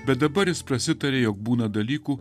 bet dabar jis prasitarė jog būna dalykų